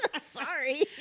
Sorry